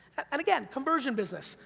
and again, conversion business,